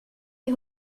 des